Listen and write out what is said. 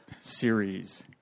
series